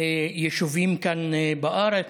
ויישובים כאן בארץ.